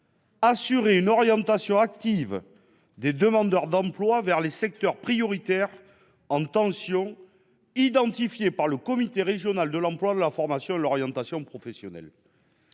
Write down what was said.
Assurer une orientation active des demandeurs d'emploi vers les secteurs prioritaires en tension identifiés par le comité régional de l'emploi, de la formation et de l'orientation professionnelles.